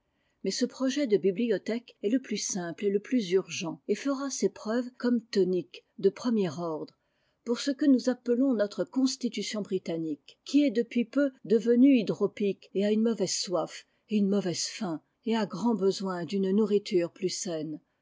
mais ce projet de bibliothèques est le plus simple et le plus urgent et fera ses preuves comme tonique de premier ordre pour ce que nous appelons notre constitution britannique qui est depuis peu devenue hydropique et a une mauvaise soif et une mauvaise faim et a grand besoin d'une nourriture plus saine